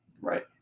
Right